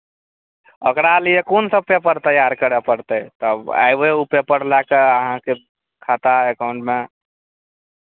ओकरा लिए कोनसभ पेपर तैयार करय पड़तै तब अयबै ओ पेपर लए कऽ अहाँके खाता एकाउंटमे